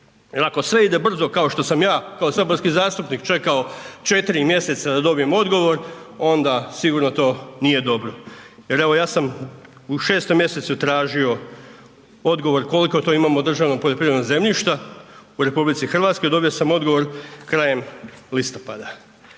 ako sve ide brzo kao što sam ja kao saborski zastupnik čekao 4. mjeseca da dobijem odgovor, onda sigurno to nije dobro jer evo ja sam u 6. mjesecu tražio odgovor koliko to imamo državnog poljoprivrednog zemljišta u RH, dobio sam odgovor krajem listopada,